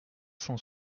cent